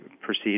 proceed